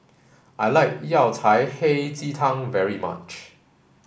I like Yao Cai Hei Ji Tang very much